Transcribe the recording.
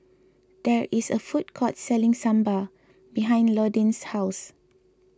there is a food court selling Sambar behind Londyn's house